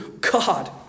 God